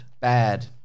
Bad